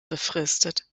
befristet